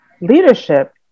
leadership